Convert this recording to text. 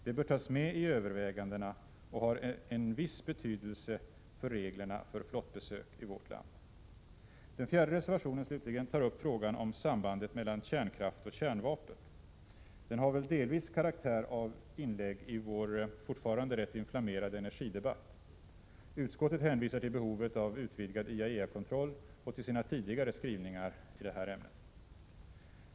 Det bör tas med i övervägandena och har en viss betydelse för reglerna för flottbesök i vårt land. Den fjärde reservationen, slutligen, tar upp frågan om sambandet mellan kärnkraft och kärnvapen. Den har väl delvis karaktär av inlägg i vår fortfarande rätt inflammerade energidebatt. Utskottet hänvisar till behovet av utvidgad IAEA-kontroll och till sina tidigare skrivningar i ämnet.